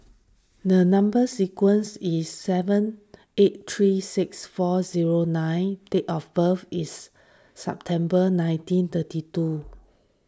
the Number Sequence is seven eight three six four zero nine date of birth is September nineteen thirty two